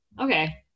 Okay